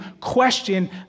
question